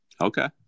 Okay